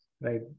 right